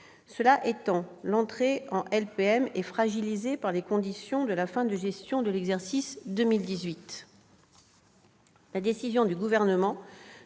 en soit, l'entrée en LPM est fragilisée par les conditions de la fin de gestion de l'exercice 2018.